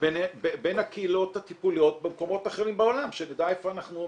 בין הקהילות הטיפוליות במקומות אחרים בעולם שנדע איפה אנחנו עומדים.